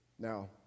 Now